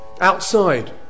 outside